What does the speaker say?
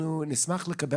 לא יעשה אדם רעש, נו?